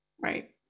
right